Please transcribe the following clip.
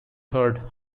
heard